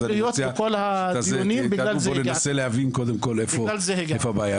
אז אני מציע ננסה להבין קודם כל איפה הבעיה.